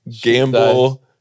gamble